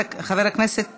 חבר הכנסת